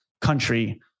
country